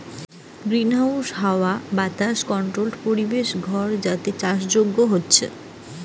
greenhouse হাওয়া বাতাস controlled পরিবেশ ঘর যাতে চাষ করাঢু হতিছে